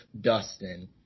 Dustin